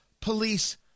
police